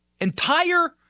entire